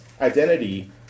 identity